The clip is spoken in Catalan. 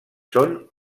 són